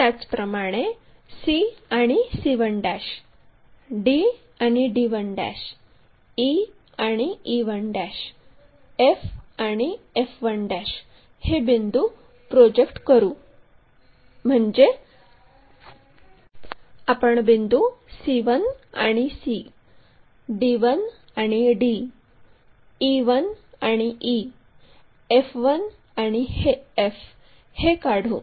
त्याचप्रमाणे c आणि c1 d आणि d1 e आणि e1 f आणि f1 हे बिंदू प्रोजेक्ट करू म्हणजे आपण बिंदू c1 आणि c d1 आणि d e1 आणि e f1 आणि f हे काढू